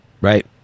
Right